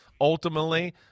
Ultimately